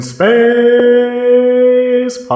Space